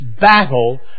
battle